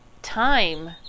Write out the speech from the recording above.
time